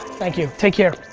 thank you, take care.